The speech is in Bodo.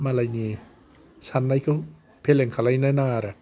मालायनि साननायखौ फेलें खालायनो नाङा आरो